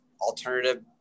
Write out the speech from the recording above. alternative